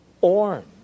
orange